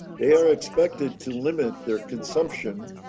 they are expected to limit their consumption